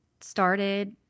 started